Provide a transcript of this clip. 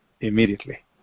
immediately